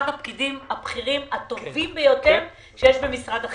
הפקידים הבכירים הטובים ביותר שיש במשרד.